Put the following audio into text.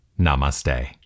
Namaste